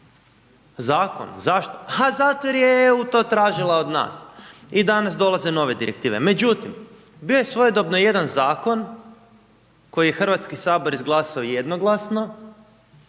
zakon, zašto? Ha, zato jer je EU to tražila od nas i danas dolaze nove Direktive. Međutim, bio je svojedobno jedan zakon koji je HS izglasao jednoglasno,